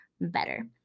better